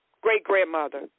great-grandmother